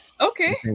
okay